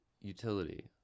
utility